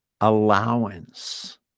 allowance